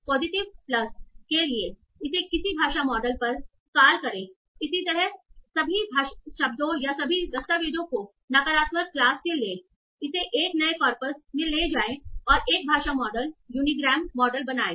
positive plus के लिए इसे किसी भाषा मॉडल पर कॉल करेंइसी तरह सभी शब्दों या सभी दस्तावेजों को नकारात्मक क्लास से लें इसे एक नए कॉर्पस में ले जाएं और एक भाषा मॉडल यूनिग्राम मॉडल बनाएं